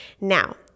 Now